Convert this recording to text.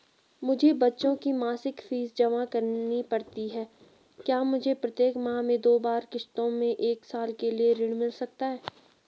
मुझे बच्चों की मासिक फीस जमा करनी पड़ती है क्या मुझे प्रत्येक माह में दो बार किश्तों में एक साल के लिए ऋण मिल सकता है?